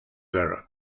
era